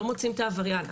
לא מוצאים את העבריין,